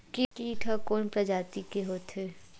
कीट ह कोन प्रजाति के होथे?